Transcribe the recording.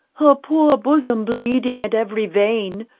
her poor bosom bleeding at every vein,